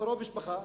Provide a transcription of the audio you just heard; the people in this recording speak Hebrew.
קרוב משפחה,